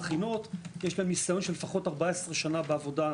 יש להם ניסיון של לפחות 14 שנה בעבודה,